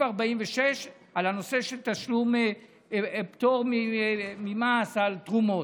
46 בנושא תשלום פטור ממס על תרומות,